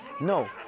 No